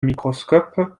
microscope